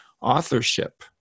authorship